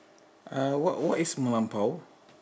uh what what is melampau